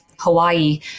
Hawaii